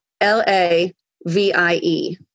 L-A-V-I-E